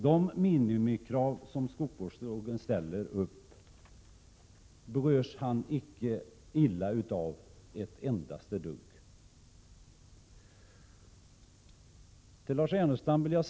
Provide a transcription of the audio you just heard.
De minimikrav som skogsvårdslagen ställer mår dessa skogsägare på intet sätt illa av.